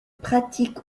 pratique